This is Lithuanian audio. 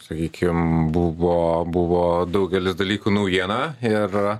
sakykim buvo buvo daugelis dalykų naujiena ir